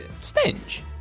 stench